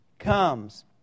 comes